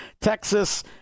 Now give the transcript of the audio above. Texas